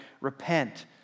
repent